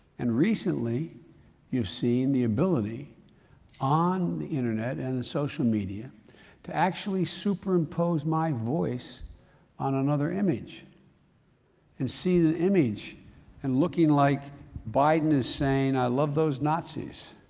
and recently you've seen the ability on the internet and the social media to actually superimpose my voice on another image and see the image and looking like biden is saying i love those nazis.